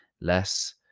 less